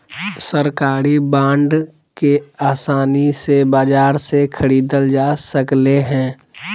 सरकारी बांड के आसानी से बाजार से ख़रीदल जा सकले हें